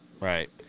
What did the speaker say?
Right